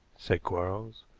said quarles.